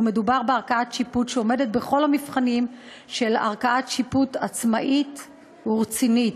ומדובר בערכאת שיפוט שעומדת בכל המבחנים של ערכאת שיפוט עצמאית ורצינית.